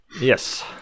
yes